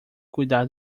cuidar